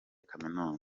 kaminuza